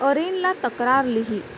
अरीनला तक्रार लिही